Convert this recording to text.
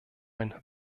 ein